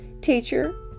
teacher